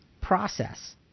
process